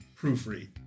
proofread